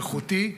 איכותי.